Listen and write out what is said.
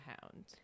hound